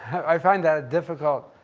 i find that difficult.